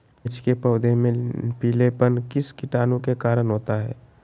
मिर्च के पौधे में पिलेपन किस कीटाणु के कारण होता है?